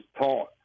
taught